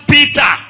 Peter